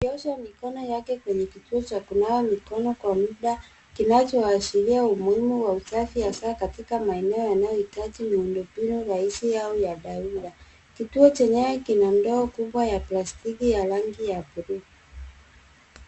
AKionyesha mikono yake kwenye kituo cha kunawa mikono kwa muda kinachoashiria wanaume wa usafi hasa katika maeneo yanayohitaji miundo mbinu rahisi au ya dharura. Kituo chenyewe kina ndoo kubwa ya plastiki ya rangi ya buluu.